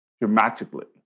dramatically